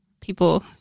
people